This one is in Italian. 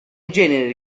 genere